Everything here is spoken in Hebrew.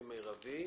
מרבי,